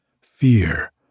Fear